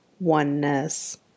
oneness